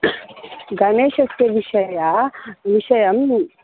गणेशस्य विषय विषयं